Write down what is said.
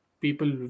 people